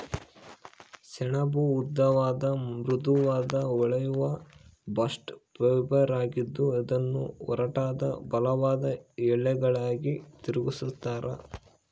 ಸೆಣಬು ಉದ್ದವಾದ ಮೃದುವಾದ ಹೊಳೆಯುವ ಬಾಸ್ಟ್ ಫೈಬರ್ ಆಗಿದ್ದು ಅದನ್ನು ಒರಟಾದ ಬಲವಾದ ಎಳೆಗಳಾಗಿ ತಿರುಗಿಸ್ತರ